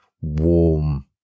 warm